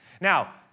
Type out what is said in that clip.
Now